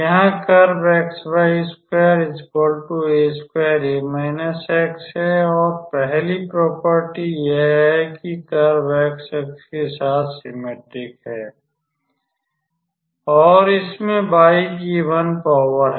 यहाँ कर्व है और पहली प्रॉपर्टी यह है कि कर्व x अक्ष के साथ सिममेट्रिक है और इसमे y की ईवन पावर है